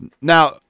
Now